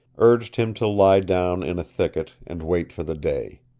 urged him to lie down in a thicket and wait for the day.